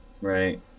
Right